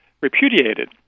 repudiated